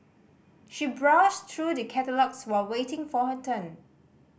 she browsed through the catalogues while waiting for her turn